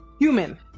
Human